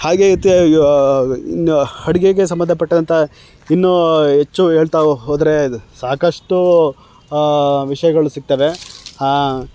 ಹಾಗೇ ಇನ್ನು ಅಡ್ಗೆಗೆ ಸಂಬಂಧಪಟ್ಟಂಥ ಇನ್ನೂ ಹೆಚ್ಚು ಹೇಳ್ತಾ ಹೋದರೆ ಅದು ಸಾಕಷ್ಟೂ ವಿಷಯಗಳು ಸಿಕ್ತವೆ